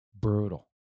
brutal